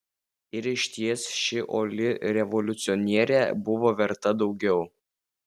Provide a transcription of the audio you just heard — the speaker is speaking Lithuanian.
ir išties ši uoli revoliucionierė buvo verta daugiau